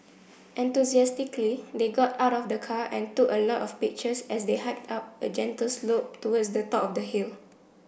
enthusiastically they got out of the car and took a lot of pictures as they hiked up a gentle slope towards the top of the hill